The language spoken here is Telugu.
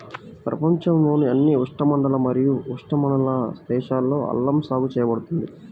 ప్రపంచంలోని అన్ని ఉష్ణమండల మరియు ఉపఉష్ణమండల దేశాలలో అల్లం సాగు చేయబడుతుంది